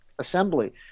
assembly